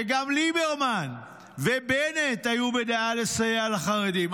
וגם ליברמן ובנט היו בדעה לסייע לחרדים,